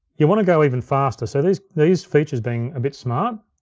you wanna go even faster, so these these features being a bit smart,